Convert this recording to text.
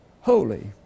holy